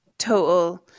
Total